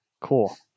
cool